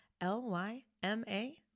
L-Y-M-A